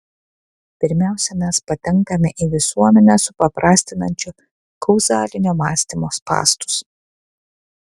pirmiausia mes patenkame į visuomenę supaprastinančio kauzalinio mąstymo spąstus